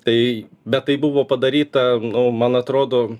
tai bet tai buvo padaryta nu man atrodo